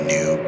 New